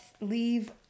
leave